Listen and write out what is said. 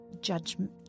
judgment